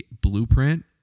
blueprint